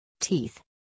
teeth